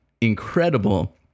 incredible